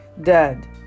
Dead